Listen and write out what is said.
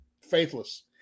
faithless